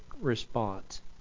response